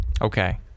Okay